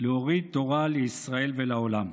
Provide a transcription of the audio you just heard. להוריד תורה לישראל ולעולם.